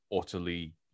utterly